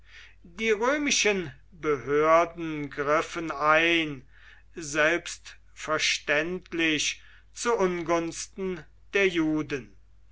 die römischen behörden griffen ein selbstverständlich zu ungunsten der juden